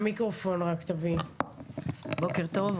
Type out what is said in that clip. בוקר טוב,